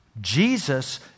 Jesus